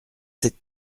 sept